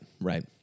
right